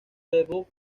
debut